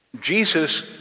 Jesus